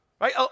Right